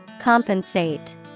Compensate